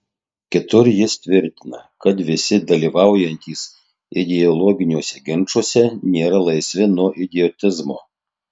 kitur jis tvirtina kad visi dalyvaujantys ideologiniuose ginčuose nėra laisvi nuo idiotizmo